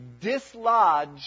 dislodge